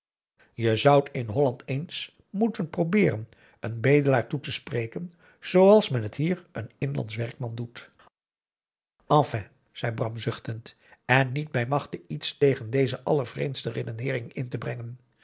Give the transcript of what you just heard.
je zoudt in holland eens moeten probeeren een bedelaar toe te spreken zooals men het hier een inlandsch werkman doet enfin zei bram zuchtend en niet bij machte iets tegen deze allervreemdste redeneering in te brengen